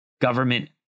Government